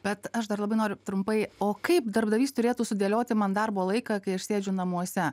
bet aš dar labai noriu trumpai o kaip darbdavys turėtų sudėlioti man darbo laiką kai aš sėdžiu namuose